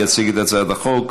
יציג את הצעת החוק,